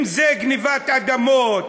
אם זה גנבת אדמות,